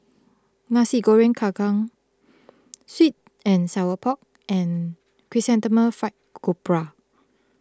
Nasi Goreng Kerang Sweet and Sour Pork and Chrysanthemum Fried